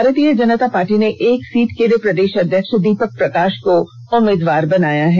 भारतीय जनता पार्टी ने एक सीट के लिए प्रदेष अध्यक्ष दीपक प्रकाष को उम्मीदवार बनाया है